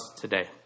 today